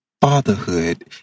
Fatherhood